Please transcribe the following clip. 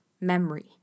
memory—